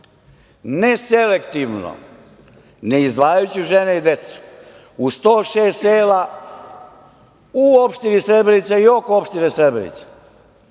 ne selektivno, ne izdvajajući žene i decu, u 106 sela, u opštini Srebrenica i oko opštine Srebrenica,